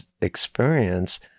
experience